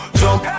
jump